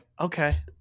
Okay